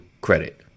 credit